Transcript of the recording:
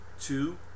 Two